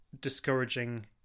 discouraging